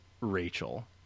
Rachel